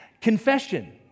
Confession